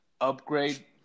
upgrade